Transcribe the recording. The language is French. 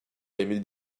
est